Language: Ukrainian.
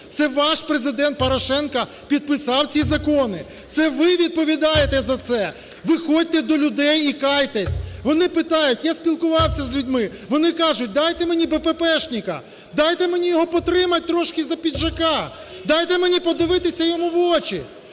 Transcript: Це ваш Президент Порошенко підписав ці закони! Це ви відповідаєте за це! Виходьте до людей і кайтесь. Вони питають… я спілкувався з людьми, вони кажуть: "Дайте мені бепепешника, дайте мені його потримати трошки за піджака, дайте мені подивитися йому в очі,